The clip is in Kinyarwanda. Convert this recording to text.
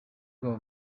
bwabo